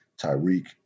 Tyreek